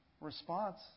response